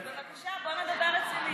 בבקשה, בוא נדבר רציני.